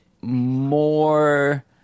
more